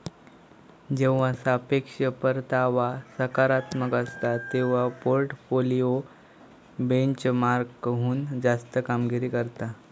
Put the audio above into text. जेव्हा सापेक्ष परतावा सकारात्मक असता, तेव्हा पोर्टफोलिओ बेंचमार्कहुन जास्त कामगिरी करता